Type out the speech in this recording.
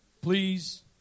Please